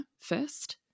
first